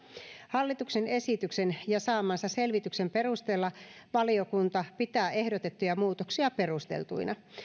hallituksen esityksen ja saamansa selvityksen perusteella valiokunta pitää ehdotettuja muutoksia perusteltuina